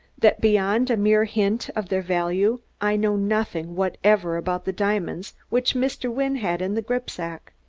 that beyond a mere hint of their value i know nothing whatever about the diamonds which mr. wynne had in the gripsack.